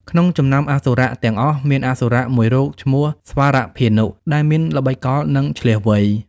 ក្នុងចំណោមអសុរៈទាំងអស់ មានអសុរៈមួយរូបឈ្មោះ ស្វរភានុ ដែលមានល្បិចកល និងឈ្លាសវៃ។